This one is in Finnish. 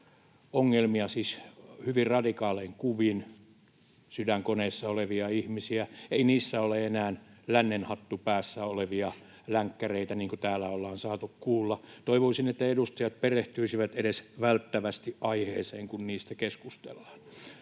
syöpäongelmia hyvin radikaalien kuvin, sydänkoneessa olevia ihmisiä. Ei niissä ole enää lännenhattu päässä olevia länkkäreitä niin kuin täällä ollaan saatu kuulla. Toivoisin, että edustajat perehtyisivät edes välttävästi aiheeseen, kun niistä keskustellaan.